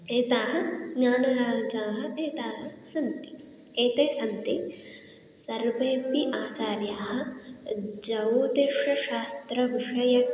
एताः ज्ञानराजाः एताः सन्ति एते सन्ति सर्वेऽपि आचार्याः ज्यौतिषशास्त्रविषय